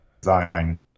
design